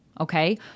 Okay